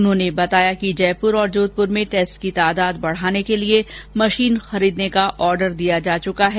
उन्होंने बताया कि जयपुर और जोधपुर में टैस्ट की तादाद बढाने के लिए मशीन खरीदने का आर्डन दिया जा चुका है